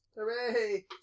Hooray